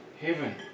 heaven